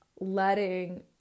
letting